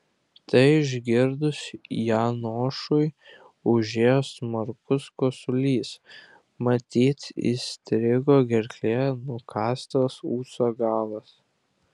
tai išgirdus janošui užėjo smarkus kosulys matyt įstrigo gerklėje nukąstas ūso galas